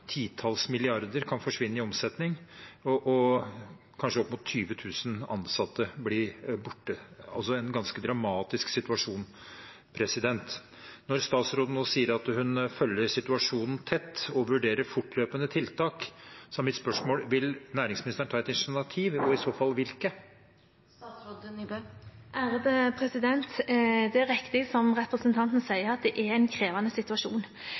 titalls milliarder kroner kan forsvinne i omsetning, og at kanskje opp mot 20 000 ansatte blir borte – altså en ganske dramatisk situasjon. Når statsråden nå sier at hun følger situasjonen tett og vurderer tiltak fortløpende, er mitt spørsmål: Vil næringsministeren ta initiativ, og i så fall hvilke? Det er riktig som representanten sier, at det er en krevende situasjon.